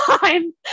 time